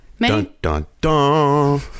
Dun-dun-dun